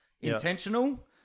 intentional